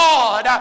God